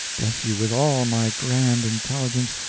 bless you, with all my grand intelligence,